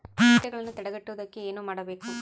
ಕೇಟಗಳನ್ನು ತಡೆಗಟ್ಟುವುದಕ್ಕೆ ಏನು ಮಾಡಬೇಕು?